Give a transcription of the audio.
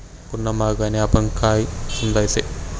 पुन्हा महागाईने आपण काय समजायचे?